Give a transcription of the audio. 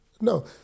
No